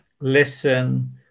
listen